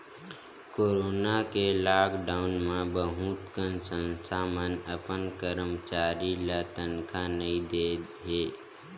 corona के lockdown म बहुत कन संस्था मन अपन करमचारी ल तनखा नइ दे हे